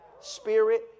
Spirit